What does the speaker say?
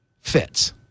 fits